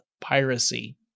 piracy